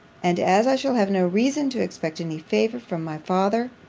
and as i shall have no reason to expect any favour from my father,